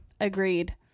agreed